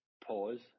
pause